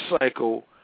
cycle